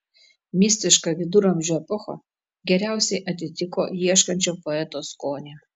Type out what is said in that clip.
mistiška viduramžių epocha geriausiai atitiko ieškančio poeto skonį